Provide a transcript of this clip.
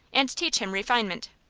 and teach him refinement.